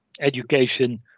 education